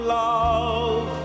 love